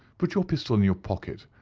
put your pistol in your pocket.